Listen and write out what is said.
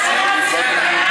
לדעת,